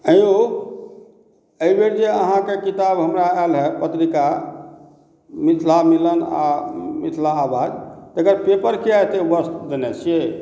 ऐं यौ अएहिबेर जे अहाँ के किताब हमरा एला पत्रिका मिथिला मिलन आ मिथिला आवाज़ तकर पेपर किया अतेक वर्स्ट देने छियै